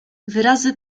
wyrazy